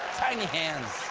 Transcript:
tiny hands.